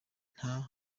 nta